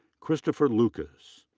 christopher lucas.